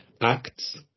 acts